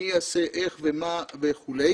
מי יעשה איך ומה וכולי.